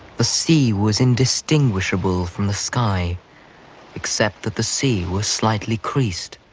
the sea was indistinguishable from the sky except that the sea was slightly creased,